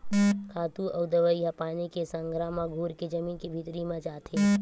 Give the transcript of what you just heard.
खातू अउ दवई ह पानी के संघरा म घुरके जमीन के भीतरी म जाथे